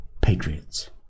patriots